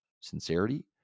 sincerity